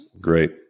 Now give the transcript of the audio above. Great